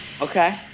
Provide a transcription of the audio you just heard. okay